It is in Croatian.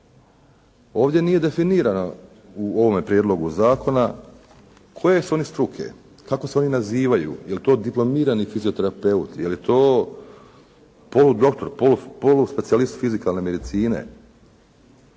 Ovdje nije definirano u ovome prijedlogu zakona koje su oni struke, kako se oni nazivaju, je li to diplomirani fizioterapeut, je li je to poludoktor, poluspecijalist fizikalne medicine.